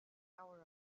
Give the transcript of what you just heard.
hour